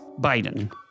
Biden